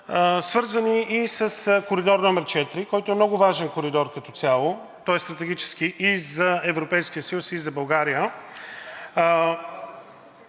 свързани и с коридор № 4, който е много важен коридор като цяло, той е стратегически и за Европейския съюз, и за България,